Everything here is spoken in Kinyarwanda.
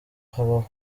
habaho